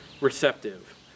receptive